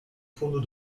fourneaux